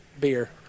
beer